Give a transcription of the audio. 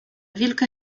wilka